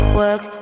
work